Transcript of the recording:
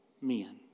men